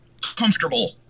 comfortable